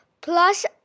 Plus